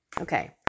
Okay